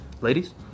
Ladies